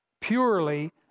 purely